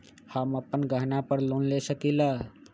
हम अपन गहना पर लोन ले सकील?